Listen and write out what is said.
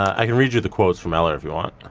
i can read you the quotes from eller, if you want.